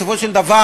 בסופו של דבר,